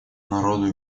народу